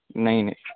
نہیں نہیں